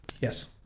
Yes